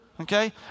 okay